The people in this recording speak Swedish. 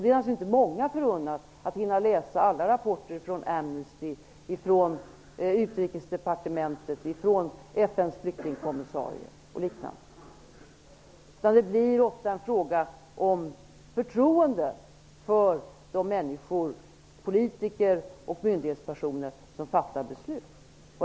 Det är naturligtvis inte många förunnat att hinna läsa alla rapporter från Amnesty, från Utrikesdepartementet, från FN:s flyktingkommissarie o.d., utan det blir ofta fråga om ett förtroende för de människor -- politiker och myndighetspersoner -- som fattar beslut.